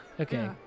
Okay